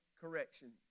correction